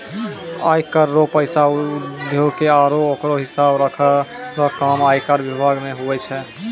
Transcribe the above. आय कर रो पैसा उघाय के आरो ओकरो हिसाब राखै रो काम आयकर बिभाग मे हुवै छै